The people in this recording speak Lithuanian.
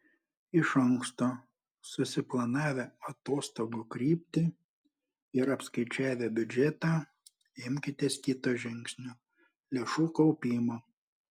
iš anksto susiplanavę atostogų kryptį ir apskaičiavę biudžetą imkitės kito žingsnio lėšų kaupimo